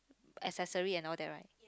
accessory and all that right